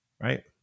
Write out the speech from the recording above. right